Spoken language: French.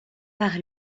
par